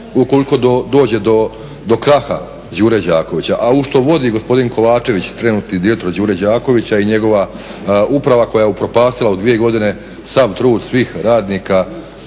ukoliko dođe do kraha "Đure Đakovića", a u što vodi gospodin Kovačević trenutni direktor "Đure Đakovića" i njegova uprava koja je upropastila u dvije godine sav trud svih radnika